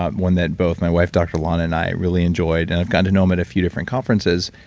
ah one that both my wife, dr. lana, and i really enjoyed. and i've gotten to know him at a few different conferences,